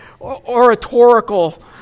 oratorical